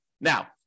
Now